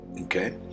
Okay